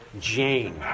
Jane